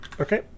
okay